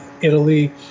Italy